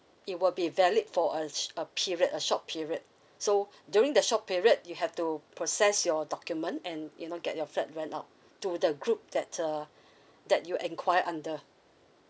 it will be valid for a sh~ a period a short period so during the short period you have to process your document and you know get your flat rent out to the group that uh that you enquire under